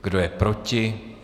Kdo je proti?